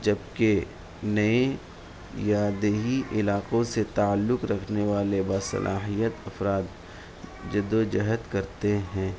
جبکہ نئے یا دیہی علاقوں سے تعلق رکھنے والے باصلاحیت افراد جد وجہد کرتے ہیں